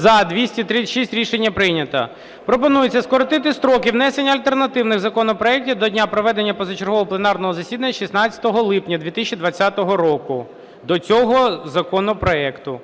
За-236 Рішення прийнято. Пропонується скоротити строки внесення альтернативних законопроектів до дня проведення позачергового пленарного засідання 16 липня 2020 року до цього законопроекту.